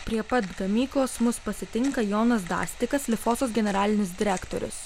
prie pat gamyklos mus pasitinka jonas dastikas lifosos generalinis direktorius